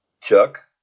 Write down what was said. Chuck